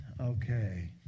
okay